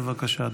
בבקשה,